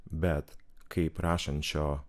bet kaip rašančio